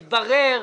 התוכניות מתוקצבות